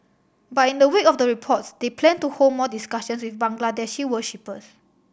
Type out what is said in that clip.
but in the wake of the reports they plan to hold more discussions with Bangladeshi worshippers